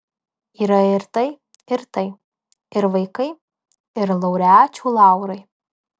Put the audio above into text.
yra ir tai ir tai ir vaikai ir laureačių laurai